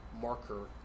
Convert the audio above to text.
marker